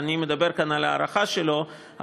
שאני מדבר כאן על הארכה שלו,